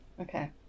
Okay